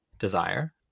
Desire